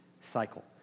cycle